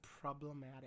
problematic